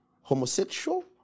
homosexual